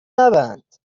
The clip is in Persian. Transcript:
نبند